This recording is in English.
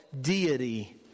Deity